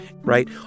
right